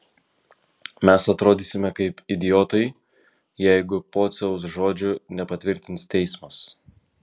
mes atrodysime kaip idiotai jeigu pociaus žodžių nepatvirtins teismas